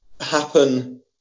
happen